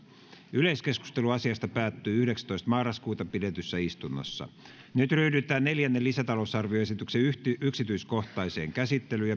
yleiskeskustelu asiasta päättyi yhdeksästoista yhdettätoista kaksituhattayhdeksäntoista pidetyssä istunnossa nyt ryhdytään neljännen lisätalousarvioesityksen yksityiskohtaiseen käsittelyyn